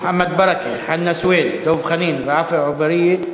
מוחמד ברכה, חנא סוייד, דב חנין ועפו אגבאריה.